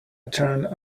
turned